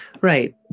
Right